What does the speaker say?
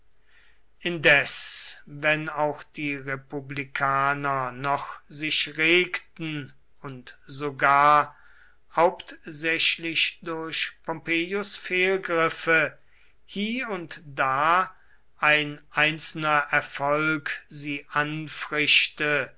indes wenn auch die republikaner noch sich regten und sogar hauptsächlich durch pompeius fehlgriffe hie und da ein einzelner erfolg sie anfrischte